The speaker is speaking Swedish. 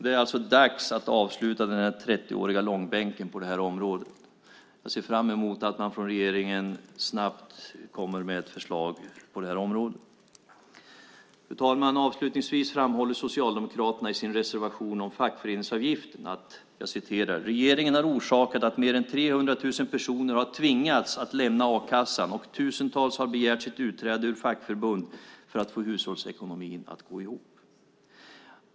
Det är alltså dags att avsluta den här 30-åriga långbänken. Jag ser fram emot att man från regeringens sida snabbt kommer med förslag på det här området. Fru talman! Socialdemokraterna framhåller i sin reservation om fackföreningsavgiften att regeringen har orsakat att mer än 300 000 personer har tvingats att lämna a-kassan, och tusentals har begärt sitt utträde ur fackförbund för att få hushållsekonomin att gå ihop.